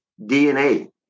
DNA